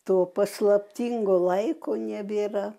to paslaptingo laiko nebėra